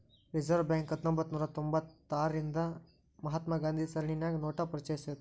reserve Bank ಹತ್ತೊಂಭತ್ನೂರಾ ತೊಭತಾರ್ರಿಂದಾ ರಿಂದ ಮಹಾತ್ಮ ಗಾಂಧಿ ಸರಣಿನ್ಯಾಗ ನೋಟ ಪರಿಚಯಿಸೇದ್